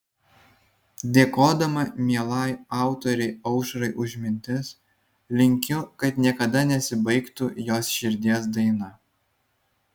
dėkodama mielai autorei aušrai už mintis linkiu kad niekada nesibaigtų jos širdies daina